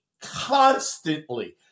constantly